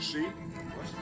See